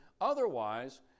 otherwise